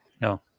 No